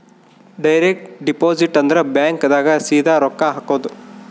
direct deposit ಅಂದ್ರ bank ದಾಗ ಸೀದಾ ರೊಕ್ಕ ಹಾಕೋದು